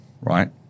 Right